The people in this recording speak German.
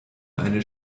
eine